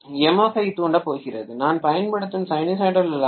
F I தூண்டப் போகிறது நான் பயன்படுத்தும் சைனூசாய்டல் அல்லாத எம்